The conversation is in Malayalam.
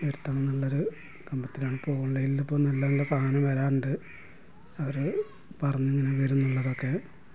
വരുത്തണം എന്നുള്ളൊരു കമ്പത്തിലാണ് ഇപ്പോൾ ഓൺലൈനില്പ്പോൾ നല്ല നല്ല സാധനം വരാനുണ്ട് അവർ പറഞ്ഞു ഇങ്ങനെ വരൂംന്നുള്ളതൊക്കെ